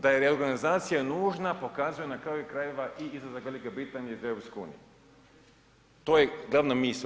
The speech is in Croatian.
Da je reorganizacija nužna, pokazuje na kraju krajeva i izlazak Velike Britanije iz EU, to je glavna misao.